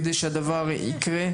כדי שהדבר הזה יקרה,